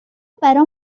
برام